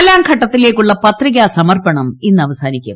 നാലാംഘട്ടത്തിലേയ്ക്കുള്ള പത്രികാ സമർപ്പണം ഇന്ന് അവസാനിക്കും